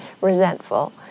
resentful